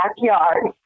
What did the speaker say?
backyard